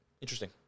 Interesting